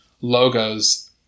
logos